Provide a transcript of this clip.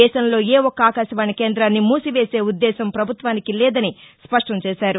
దేశంలో ఏ ఒక్క ఆకాశవాణి కేంద్రాన్ని మూసివేసే ఉద్దేశం ప్రభుత్వానికి లేదని స్పష్టం చేశారు